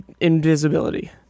invisibility